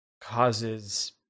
causes